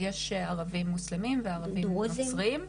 אז יש ערבים מוסלמים ויש ערבים נוצרים.